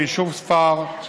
ליישוב ספר,